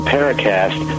Paracast